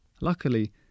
Luckily